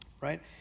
right